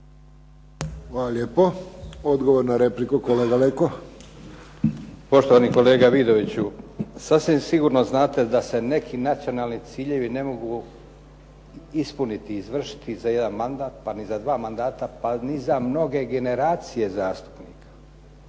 Hvala lijepo. Odgovor na repliku kolega Leko. **Leko, Josip (SDP)** Poštovani kolega Vidoviću, sasvim sigurno znate da se neki nacionalni ciljevi ne mogu ispuniti, izvršiti za jedan mandat, pa ni za dva mandata, pa ni za mnoge generacije zastupnika.